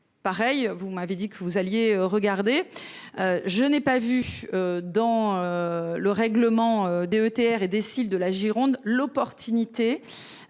pareil vous m'avez dit que vous alliez regarder. Je n'ai pas vu. Dans. Le règlement DETR et décide de la Gironde l'opportunité.